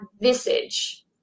visage